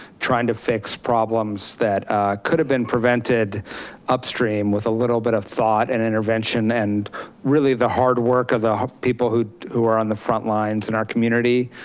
trying to fix problems that could have been prevented upstream with a little bit of thought and intervention and really the hard work of the people who who are on the front lines in our community,